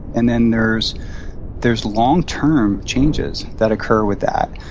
and then there's there's long-term changes that occur with that,